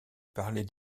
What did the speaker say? parler